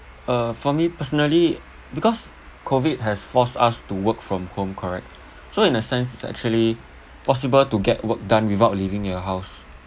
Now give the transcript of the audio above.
uh for me personally because COVID has forced us to work from home correct so in a sense it's actually possible to get work done without leaving your house